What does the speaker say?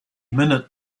minute